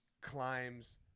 climbs